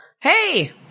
Hey